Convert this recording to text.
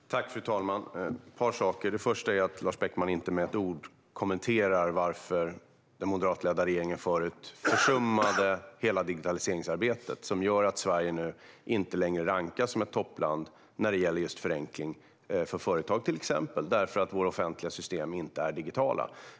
Fru talman! Jag vill nämna ett par saker. Till exempel kommenterar Lars Beckman inte med ett ord varför den dåvarande moderatledda regeringen försummade hela digitaliseringsarbetet. Detta gör att Sverige nu inte längre rankas som ett toppland när det gäller till exempel förenkling för företag, eftersom våra offentliga system inte är digitala.